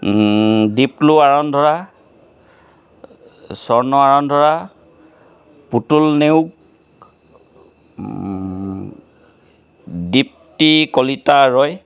Diplo আৰন্ধৰা স্বৰ্ণ আৰন্ধৰা পুতুল নেউগ দিপ্তী কলিতা ৰয়